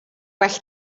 well